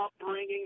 upbringing